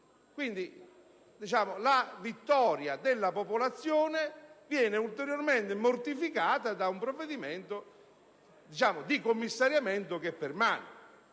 La vittoria della popolazione viene quindi ulteriormente mortificata da un provvedimento di commissariamento che permane.